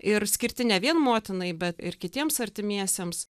ir skirti ne vien motinai bet ir kitiems artimiesiems